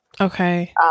okay